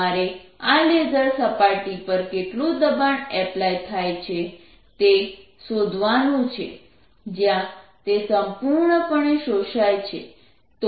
તમારે આ લેસર સપાટી પર કેટલું દબાણ એપ્લાય થાય છે તે શોધવાનું છે જ્યાં તે સંપૂર્ણપણે શોષાય છે